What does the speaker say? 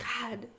God